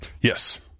yes